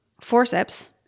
forceps